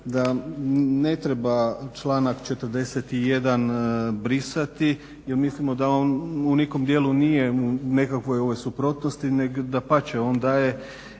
da ne treba članak 41. brisati jer mislimo da on u nijednom dijelu nije u nekakvoj suprotnosti nego dapače on daje